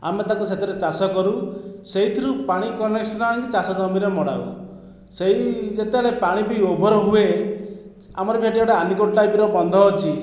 ଆମେ ତାକୁ ସେଥିରେ ଚାଷକରୁ ସେଥିରୁ ପାଣି କନେକ୍ସନ ଆଣିକି ଚାଷ ଜମିରେ ମଡ଼ାଉ ସେହି ଯେତେବେଳେ ପାଣିବି ଓଭର ହୁଏ ଆମର ବି ସେଠି ଗୋଟିଏ ଆନିକଟ ଟାଇପ୍ର ବନ୍ଧ ଅଛି